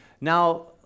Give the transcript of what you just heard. now